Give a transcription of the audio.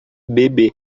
bebê